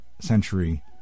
century